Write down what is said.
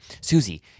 Susie